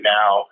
now